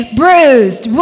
bruised